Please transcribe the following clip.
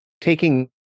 taking